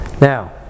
Now